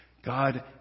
God